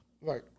Right